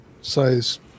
Size